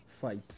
fight